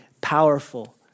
powerful